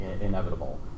inevitable